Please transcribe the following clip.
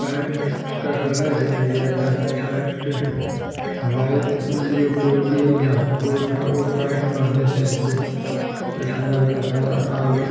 pant का colour भी नहीं जाता था पैन्ट हमारे लिए उपयोगी और महत्वपूर्ण था वह पैन्ट पहने थे हमको अच्छा लगता था और